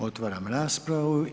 Otvaram raspravu.